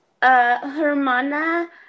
hermana